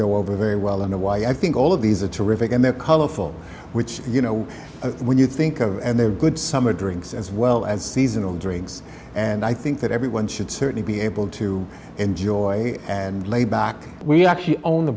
go over very well into why i think all of these a terrific and they're colorful which you know when you think of and they are good some are drinks as well as seasonal drinks and i think that everyone should certainly be able to enjoy and laidback we actually own